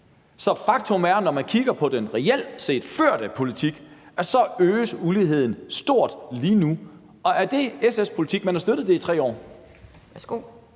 Så faktum er, når man kigger på den reelt set førte politik, at uligheden lige nu øges stort, og er det SF's politik? Man har støttet det i 3 år.